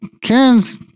Karen's